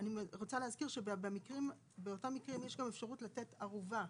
אני רוצה להזכיר שבאותם מקרים יש גם אפשרות לתת ערובה,